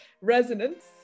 resonance